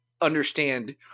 understand